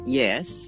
yes